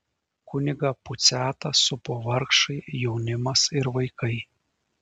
kunigą puciatą supo vargšai jaunimas ir vaikai